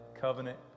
covenant